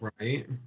Right